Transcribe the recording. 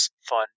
fun